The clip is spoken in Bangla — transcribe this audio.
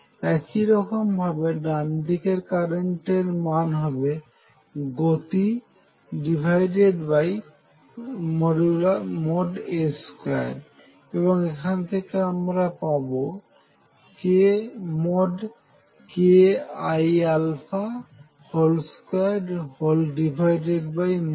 একই রকম ভাবে ডানদিকে কারেন্টের মান হবে গতি ডিভাইডেড বাই A2 এবং এখান থেকে আমরা পাবো k iα2kiα2 1